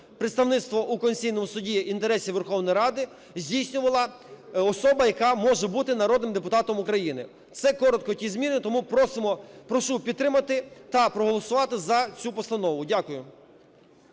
представництво у Конституційному Суді інтересів Верховної Ради здійснювала особа, яка може бути народним депутатом України. Це коротко ті зміни. Тому просимо, прошу підтримати та проголосувати за цю постанову. Дякую.